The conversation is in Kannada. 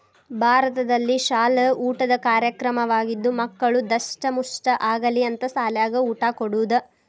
ಭಾರತದಲ್ಲಿಶಾಲ ಊಟದ ಕಾರ್ಯಕ್ರಮವಾಗಿದ್ದು ಮಕ್ಕಳು ದಸ್ಟಮುಷ್ಠ ಆಗಲಿ ಅಂತ ಸಾಲ್ಯಾಗ ಊಟ ಕೊಡುದ